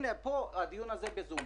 הנה, הדיון הזה מתקיים בזום.